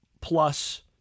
plus